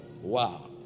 Wow